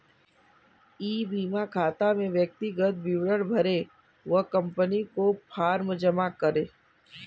ई बीमा खाता में व्यक्तिगत विवरण भरें व कंपनी को फॉर्म जमा करें